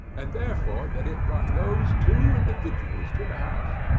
and, therefore, that it brought those two individuals to the house.